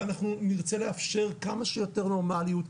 ואנחנו נרצה לאפשר כמה שיותר נורמליות.